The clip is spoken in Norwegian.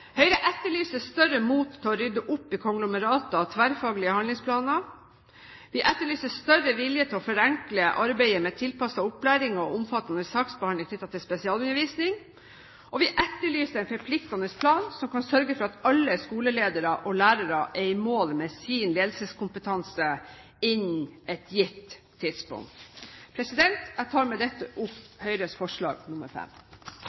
Høyre etterlyser større mot til å rydde opp i konglomeratet av tverrfaglige handlingsplaner, vi etterlyser større vilje til å forenkle arbeidet med tilpasset opplæring og omfattende saksbehandling knyttet til spesialundervisning, og vi etterlyser en forpliktende plan som kan sørge for at alle skoleledere og lærere er i mål med sin ledelseskompetanse innen et gitt tidspunkt. Jeg tar med dette opp